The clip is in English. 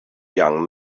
young